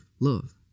love